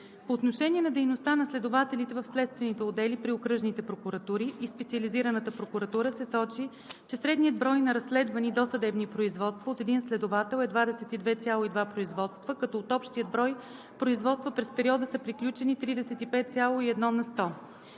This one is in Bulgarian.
По отношение дейността на следователите в следствените отдели при окръжните прокуратури и Специализираната прокуратура се сочи, че средният брой на разследвани досъдебни производства от един следовател е 22,2 производства, като от общия брой производства през периода са приключени 35,1 на сто.